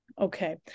Okay